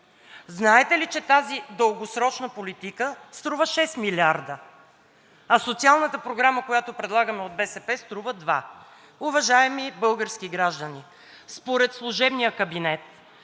Знаете ли, че тази дългосрочна политика струва шест милиарда, а социалната програма, която предлагаме от БСП, струва два?! Уважаеми български граждани, според служебния кабинет